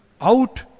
out